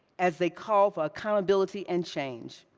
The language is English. as they call for accountability and change.